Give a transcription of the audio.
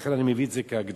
ולכן אני מביא את זה כהקדמה.